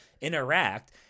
interact